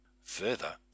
further